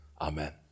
Amen